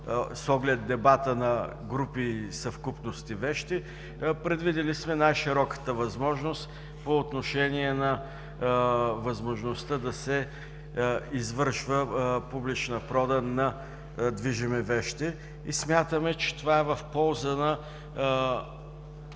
с оглед дебата на „групи“ и „съвкупности от вещи“. Предвидили сме най-широката възможност по отношение на възможността да се извършва публична продан на движими вещи. Смятаме, че това е в полза на